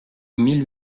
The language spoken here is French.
mille